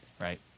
right